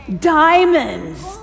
Diamonds